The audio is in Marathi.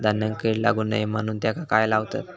धान्यांका कीड लागू नये म्हणून त्याका काय लावतत?